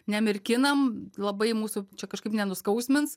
nemirkinam labai mūsų čia kažkaip nenuskausmins